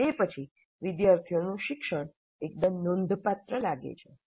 અને તે પછી વિદ્યાર્થીઓનું શિક્ષણ એકદમ નોંધપાત્ર લાગે છે